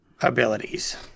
abilities